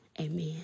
Amen